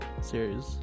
series